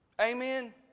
Amen